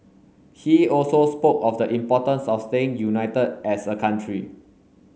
he also spoke of the importance of staying united as a country